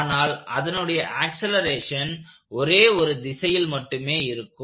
ஆனால் அதனுடைய ஆக்சலேரேஷன் ஒரே ஒரு திசையில் மட்டுமே இருக்கும்